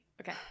okay